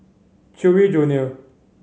Chewy Junior